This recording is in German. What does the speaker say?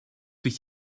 durch